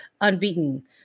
unbeaten